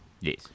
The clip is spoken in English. Yes